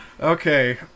Okay